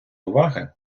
уваги